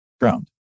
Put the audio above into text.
Ground